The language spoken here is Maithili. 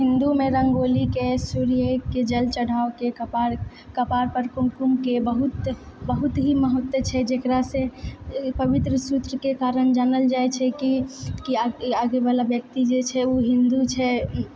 हिन्दूमे रङ्गोलीके सूर्यके जल चढ़ावऽके कपार कपार पर कुमकुमके बहुत बहुत ही महत्व छै जेकरा से पवित्र सूत्रके कारण जानल जाइत छै की आगे वला व्यक्ति जे छै ओ हिन्दू छै